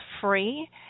free